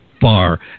far